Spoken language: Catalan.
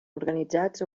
organitzats